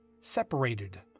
separated